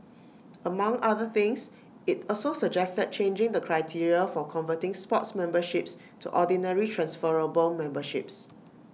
among other things IT also suggested changing the criteria for converting sports memberships to ordinary transferable memberships